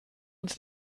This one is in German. uns